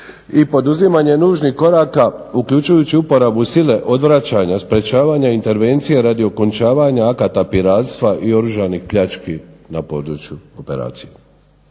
I poduzimanje nužnih koraka, uključujući uporabu sile, odvraćanja, sprečavanja intervencije radi okončavanja akata piratstva i oružanih pljački na području operacije.